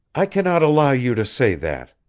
i cannot allow you to say that.